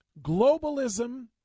Globalism